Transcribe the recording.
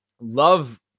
Love